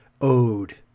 ode